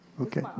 Okay